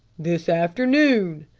this afternoon.